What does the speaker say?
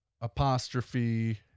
apostrophe